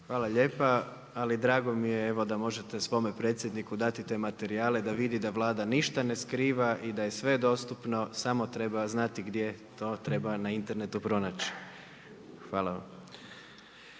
Hvala lijepa. Ali drago mi je evo, da možete svome predsjedniku dati te materijale da vidi da Vlada ništa ne skriva i da je sve dostupno, samo treba znati gdje to treba na internetu pronaći. Hvala vam.